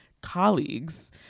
colleagues